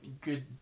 good